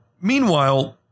meanwhile